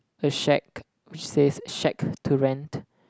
a shack which says shack to rent